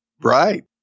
Right